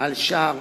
על שאר